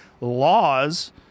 laws